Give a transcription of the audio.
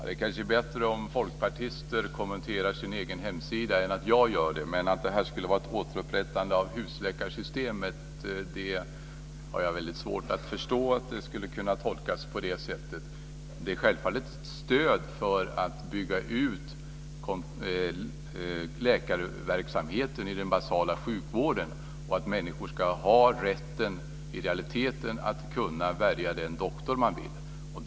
Fru talman! Det är kanske bättre om folkpartister kommenterar sin egen hemsida än att jag gör det. Jag har väldigt svårt att förstå att det här skulle kunna tolkas på det sättet att detta skulle innebära ett återupprättande av husläkarsystemet. Det är självfallet ett stöd för att bygga ut läkarverksamheten i den basala sjukvården, att människor i realiteten ska ha rätten att välja den doktor man vill.